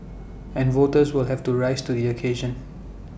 and voters will have to rise to the occasion